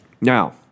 Now